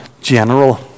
general